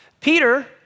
Peter